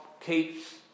keeps